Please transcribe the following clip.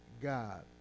God